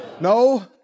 no